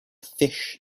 fish